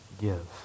give